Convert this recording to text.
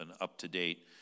up-to-date